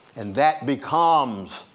and that becomes,